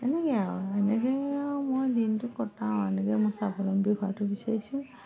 এনেকে আও এনেকে আও মই দিনটো কটাওঁ এনেকে মই স্বাৱলম্বী হোৱাটো বিচাৰিছোঁ